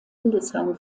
hildesheim